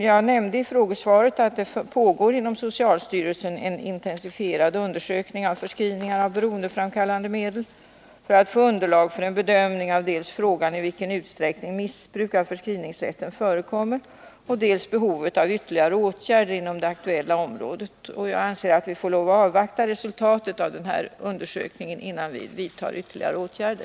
Jag nämnde i frågesvaret att det inom socialstyrelsen pågår en intensifierad undersökning av förskrivningar av beroendeframkallande medel för att få underlag för en bedömning av dels frågan om i vilken utsträckning missbruk av förskrivningsrätten förekommer, dels behovet av ytterligare åtgärder inom det aktuella området. Vi får avvakta resultatet av denna undersökning innan vi vidtar ytterligare åtgärder.